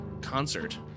concert